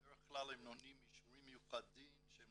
בדרך כלל הם נותנים אישורים מיוחדים על